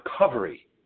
recovery